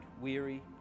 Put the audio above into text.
weary